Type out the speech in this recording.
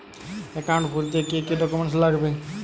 Account খুলতে কি কি ডকুমেন্ট লাগবে?